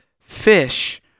fish